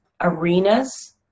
arenas